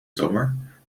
zomer